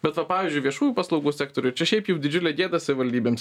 bet va pavyzdžiui viešųjų paslaugų sektoriuj čia šiaip jau didžiulė gėda savivaldybėms